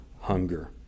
hunger